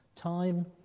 time